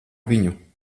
viņu